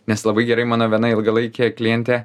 nes labai gerai mano viena ilgalaikė klientė